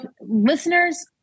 listeners